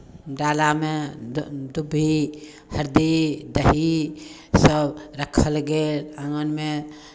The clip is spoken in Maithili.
डालामे दूबि हरदि दही सभ राखल गेल आङ्गनमे